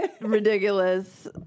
ridiculous